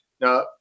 now